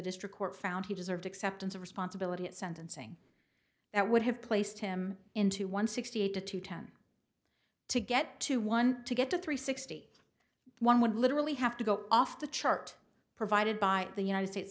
district court found he deserved acceptance of responsibility at sentencing that would have placed him into one sixty eight to two ten to get to one to get to three sixty one would literally have to go off the chart provided by the united states